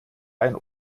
ein